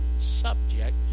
subject